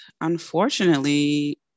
unfortunately